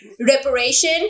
reparation